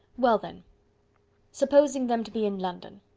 well, then supposing them to be in london.